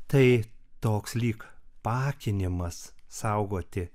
tai toks lyg paakinimas saugoti